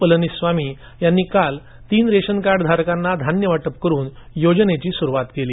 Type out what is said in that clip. पलनीसामी यांनी काल तीन रेशन कार्ड धारकांना धान्य वाटप करून योजनेची सुरुवात केली